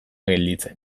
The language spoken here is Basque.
gelditzen